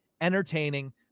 entertaining